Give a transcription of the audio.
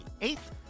eighth